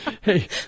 Hey